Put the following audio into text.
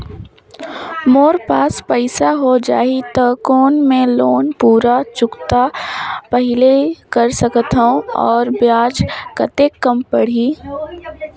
मोर पास पईसा हो जाही त कौन मैं लोन पूरा चुकता पहली ले कर सकथव अउ ब्याज कतेक कम पड़ही?